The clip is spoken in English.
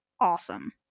awesome